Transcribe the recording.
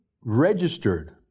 registered